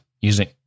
using